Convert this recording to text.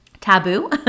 taboo